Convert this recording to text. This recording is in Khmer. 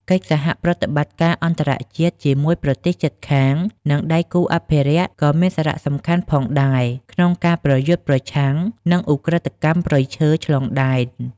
កិច្ចសហប្រតិបត្តិការអន្តរជាតិ ជាមួយប្រទេសជិតខាង និងដៃគូអភិរក្សក៏មានសារៈសំខាន់ផងដែរ ក្នុងការប្រយុទ្ធប្រឆាំងនឹងឧក្រិដ្ឋកម្មព្រៃឈើឆ្លងដែន។